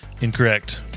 Incorrect